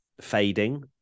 fading